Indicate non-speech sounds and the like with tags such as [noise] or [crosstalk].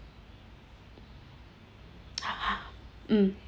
[laughs] mm